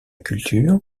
culture